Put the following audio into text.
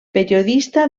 periodista